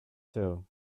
too